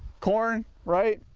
corn right?